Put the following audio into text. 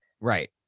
Right